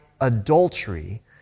adultery